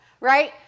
right